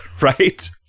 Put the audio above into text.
right